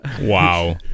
Wow